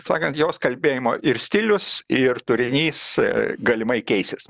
sakant jos kalbėjimo ir stilius ir turinys galimai keisis